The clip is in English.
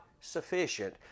sufficient